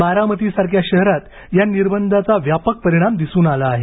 बारामतीसारख्या शहरात या निर्बंधांचा व्यापक परिणाम दिसून आला आहे